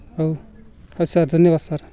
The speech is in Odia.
ହଉ ହଉ ସାର୍ ଧନ୍ୟବାଦ ସାର୍